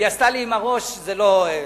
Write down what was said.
והיא עשתה לי עם הראש: לא.